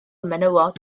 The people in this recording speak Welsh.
menywod